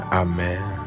amen